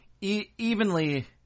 evenly